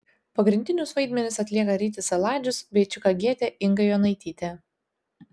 pagrindinius vaidmenis atlieka rytis saladžius bei čikagietė inga jonaitytė